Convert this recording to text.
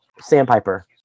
sandpiper